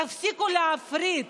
תפסיקו להפריד.